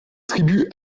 tribus